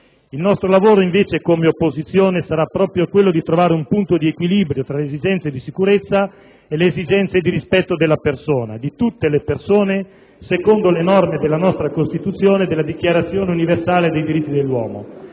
Il nostro lavoro come opposizione sarà proprio quello di trovare un punto di equilibrio tra le esigenze di sicurezza e le esigenze di rispetto della persona, di tutte le persone secondo le norme della nostra Costituzione e la Dichiarazione universale dei diritti dell'uomo.